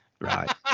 right